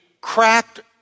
cracked